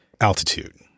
altitude